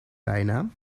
bijnaam